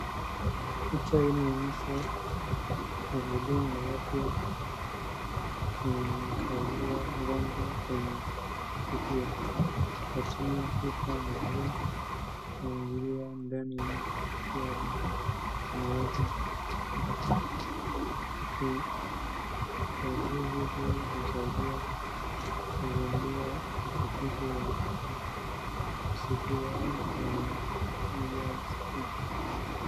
Picha iliyoonyesha muhudumu wa afya akimwangalia mgonjwa kwenye sikio, anatumia kifaa maalum kuangalia ndani ya skio la mwanamke. Ukaguzi huu husaidia kugundua matatizo ya kusikia au maambukizi ya sikio.